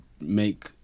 make